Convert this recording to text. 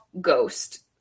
ghost